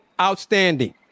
outstanding